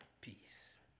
peace